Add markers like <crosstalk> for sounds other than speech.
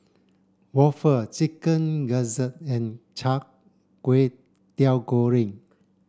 waffle chicken gizzard and <unintelligible> Kway Teow Goreng